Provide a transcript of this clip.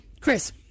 Chris